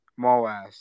Moas